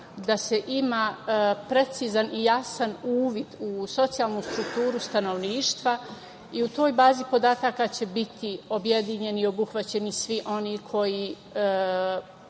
da se ima precizan i jasan uvid u socijalnu strukturu stanovništva i u toj bazi podataka će biti objedinjeni i obuhvaćeni svi oni kojima